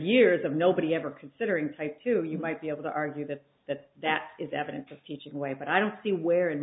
years of nobody ever considering type two you might be able to argue that that that is evidence of teaching way but i don't see where in